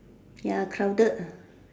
ya crowded ah